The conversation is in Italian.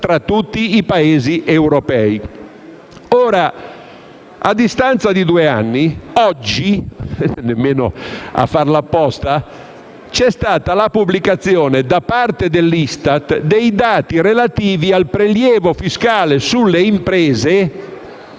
tra tutti i Paesi europei. A distanza di due anni, oggi - nemmeno a farlo apposta - c'è stata la pubblicazione da parte dell'ISTAT dei dati relativi al prelievo fiscale sulle imprese